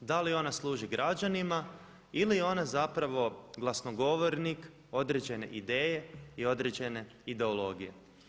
Da li ona služi građanima ili je ona zapravo glasnogovornik određene ideje i određene ideologije?